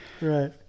Right